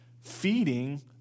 feeding